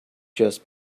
just